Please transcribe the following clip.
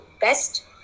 best